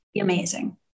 amazing